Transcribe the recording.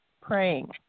praying